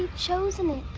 chosen it.